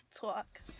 talk